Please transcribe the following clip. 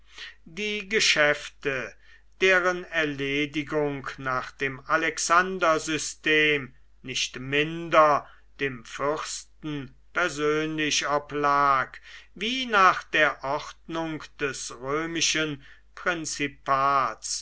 die geschäfte deren erledigung nach dem alexandersystem nicht minder dem fürsten persönlich oblag wie nach der ordnung des römischen prinzipats